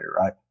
right